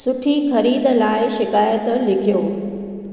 सुठी ख़रीद लाइ शिकाइति लिखियो